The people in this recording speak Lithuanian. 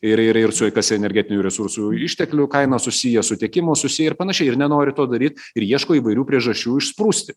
ir ir ir su kas energetinių resursų išteklių kainos susiję su tiekimu susiję ir panašiai ir nenori to daryt ir ieško įvairių priežasčių išsprūsti